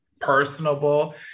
personable